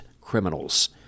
criminals